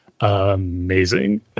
amazing